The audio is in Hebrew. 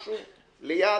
משהו ליד?